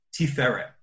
Tiferet